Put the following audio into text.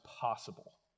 possible